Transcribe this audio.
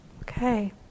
Okay